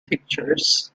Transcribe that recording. pictures